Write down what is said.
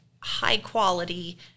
high-quality